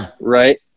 right